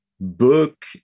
book